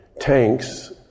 tanks